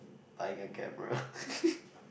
buying a camera